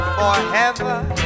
Forever